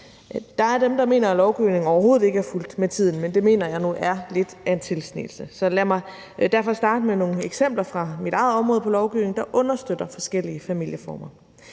Der er dem, der mener, at lovgivningen overhovedet ikke har fulgt med tiden, men det mener jeg nu er lidt af en tilsnigelse, så lad mig derfor starte med nogle eksempler fra mit eget område på lovgivning, der understøtter forskellige familieformer.